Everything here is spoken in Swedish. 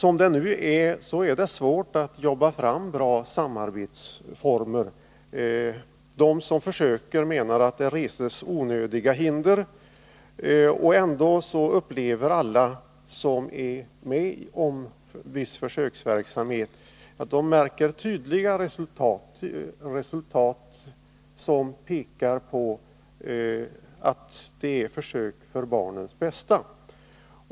I dagsläget är det svårt att jobba fram bra samarbetsformer. De som försöker menar att det reses onödiga hinder. Ändå märker alla som är med om försöksverksamheten på detta område tydliga resultat som pekar på att det är fråga om försök för barnens bästa.